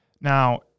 Now